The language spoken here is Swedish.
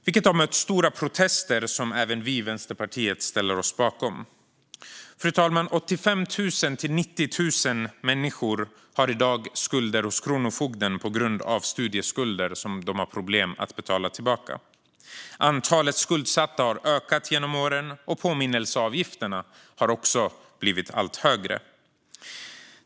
Detta har mött stora protester, som även vi i Vänsterpartiet ställer oss bakom. Fru talman! I dag har 85 000-90 000 personer skulder hos Kronofogden på grund av studieskulder som de har haft problem med att betala tillbaka. Antalet skuldsatta har ökat genom åren, och påminnelseavgifterna har också blivit allt högre.